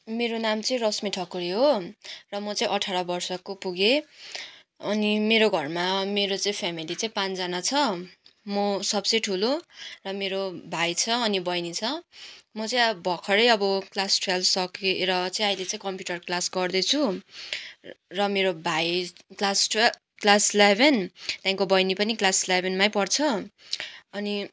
मेरो नाम चाहिँ रश्मी ठकुरी हो र म चाहिँ अठार वर्षको पुगेँ अनि मेरो घरमा मेरो चाहिँ फ्यामिली चाहिँ पाँचजना छ म सबसे ठुलो र मेरो भाइ छ अनि बैनी छ म चाहिँ अब भर्खरै अब क्लास ट्वेल्भ सकेर चाहिँ अहिले चाहिँ कम्प्युटर क्लास गर्दैछु र मेरो भाइ क्लास ट्वेल्भ क्लास इलेभेन त्यहाँदेखिको बैनी पनि क्लास इलेभेनमै पढ्छ अनि